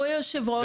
הוא היושב-ראש,